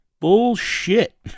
Bullshit